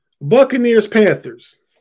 Buccaneers-Panthers